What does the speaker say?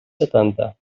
setanta